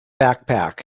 backpack